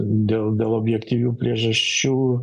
dėl dėl objektyvių priežasčių